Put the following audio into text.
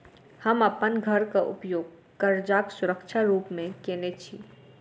हम अप्पन घरक उपयोग करजाक सुरक्षा रूप मेँ केने छी